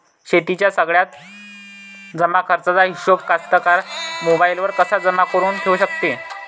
शेतीच्या सगळ्या जमाखर्चाचा हिशोब कास्तकार मोबाईलवर कसा जमा करुन ठेऊ शकते?